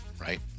right